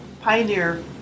Pioneer